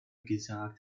gesagt